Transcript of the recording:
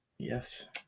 yes